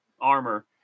armor